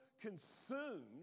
consumed